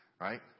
right